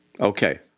Okay